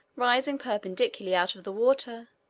rising perpendicularly out of the water,